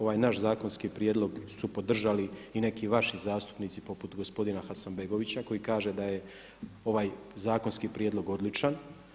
Ovaj naš zakonski prijedlog su podržali i neki vaši zastupnici poput gospodina Hasanbegovića koji kaže da je ovaj zakonski prijedlog odličan.